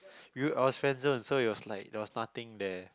you I was friend zone so there was like nothing there